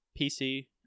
PC